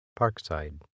Parkside